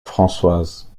françoise